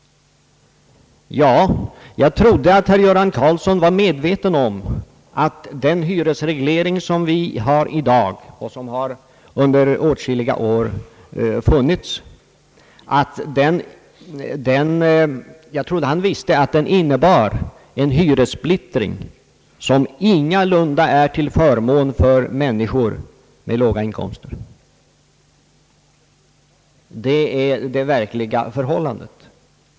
Jag trodde att herr Göran Karlsson var medveten om att den hyresreglering som finns i dag och som har funnits under åtskilliga årtionden innebär en hyressplittring, som ingalunda är till förmån för människor med låga inkomster. Det är det verkliga förhållandet.